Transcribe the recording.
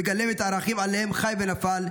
מגלם את הערכים שעליהם חי ונפל,